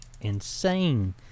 insane